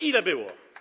Ile było?